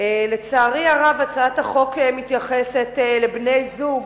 לצערי הרב, הצעת החוק מתייחסת לבני-זוג